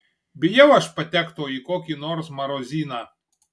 bijau aš patekto į kokį nors marozyną